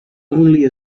only